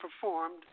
performed